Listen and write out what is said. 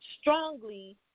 strongly